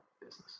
business